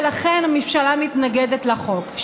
ולכן הממשלה מתנגדת לחוק,